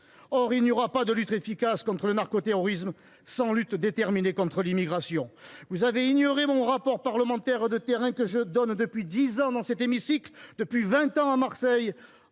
il n’y aura pas de lutte efficace contre le narcoterrorisme sans lutte déterminée contre l’immigration. Vous avez ignoré mon témoignage d’élu de terrain, que je livre depuis dix ans dans cet hémicycle et depuis vingt ans à Marseille